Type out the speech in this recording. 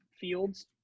fields